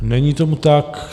Není tomu tak.